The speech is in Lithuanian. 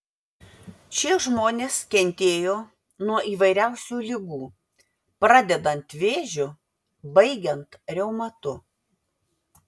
šie žmonės kentėjo nuo įvairiausių ligų pradedant vėžiu baigiant reumatu